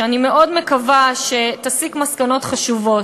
שאני מאוד מקווה שתסיק מסקנות חשובות.